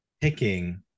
picking